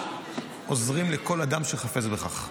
אנחנו עוזרים לכל אדם שחפץ בכך.